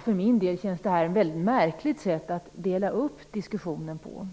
För min del anser jag att det här är ett märkligt sätt att dela upp diskussionen på.